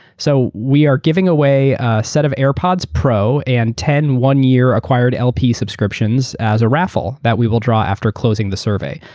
so we are giving away a set of airpods pro and ten one-year acquired lp subscriptions as a raffle that we will draw after closing the survey.